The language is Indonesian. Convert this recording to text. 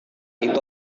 itu